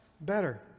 better